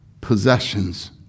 possessions